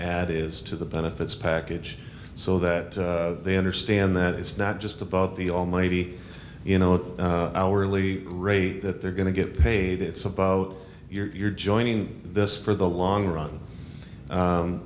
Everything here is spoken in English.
add is to the benefits package so that they understand that it's not just about the almighty you know it hourly rate that they're going to get paid it's about your joining this for the long run